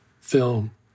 film